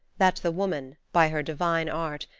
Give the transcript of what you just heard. that the woman, by her divine art,